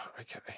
okay